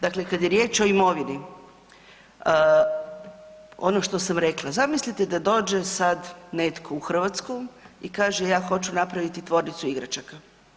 Dakle kad je riječ o imovini, ono što sam rekla, zamislite da dođe sad netko u Hrvatsku i kaže ja hoću napraviti tvornicu igračaka.